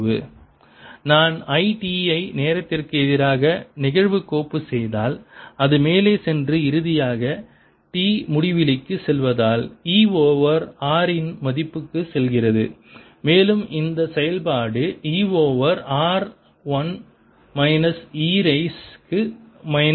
It00 ∴C R ItR நான் I t ஐ நேரத்திற்கு எதிராக நிகழ்வுக்கோப்பு செய்தால் அது மேலே சென்று இறுதியாக t முடிவிலிக்குச் செல்வதால் E ஓவர் R இன் மதிப்புக்குச் செல்கிறது மேலும் இந்த செயல்பாடு E over R 1 minus e raise க்கு minus t R over L